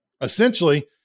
Essentially